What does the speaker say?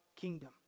kingdom